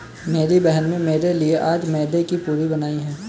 मेरी बहन में मेरे लिए आज मैदे की पूरी बनाई है